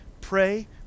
Pray